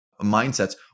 mindsets